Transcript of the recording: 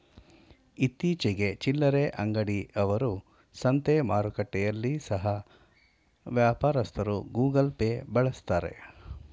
ಇತ್ತೀಚಿಗೆ ಚಿಲ್ಲರೆ ಅಂಗಡಿ ಅವರು, ಸಂತೆ ಮಾರುಕಟ್ಟೆಯಲ್ಲಿ ಸಹ ವ್ಯಾಪಾರಸ್ಥರು ಗೂಗಲ್ ಪೇ ಬಳಸ್ತಾರೆ